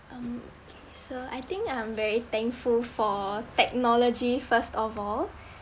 um so I think I'm very thankful for technology first of all